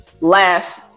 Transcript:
last